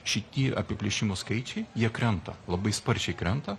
šitie apiplėšimo skaičiai jie krenta labai sparčiai krenta